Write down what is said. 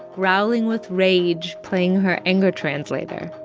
growling with rage, playing her anger translator